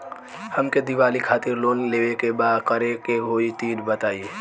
हमके दीवाली खातिर लोन लेवे के बा का करे के होई तनि बताई?